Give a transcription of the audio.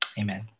Amen